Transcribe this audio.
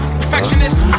perfectionist